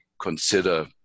consider